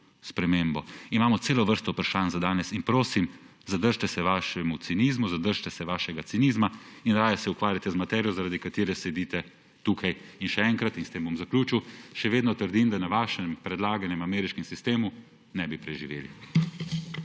spremembo. Imamo celo vrsto vprašanj za danes in prosim, zadržite se svojega cinizma in raje se ukvarjajte z materijo, zaradi katere sedite tukaj. Še enkrat, in s tem bom zaključil, še vedno trdim, da v svojem predlaganem ameriškem sistemu ne bi preživeli.